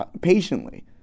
patiently